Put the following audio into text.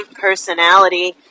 personality